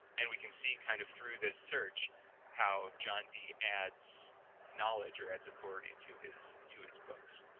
and we can see kind of through this search how john dee adds knowledge or adds authority to his to his books.